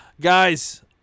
guys